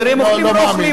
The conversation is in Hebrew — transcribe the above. תראה אם אוכלים או לא אוכלים.